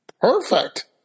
Perfect